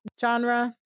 genre